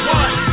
one